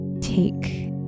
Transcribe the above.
take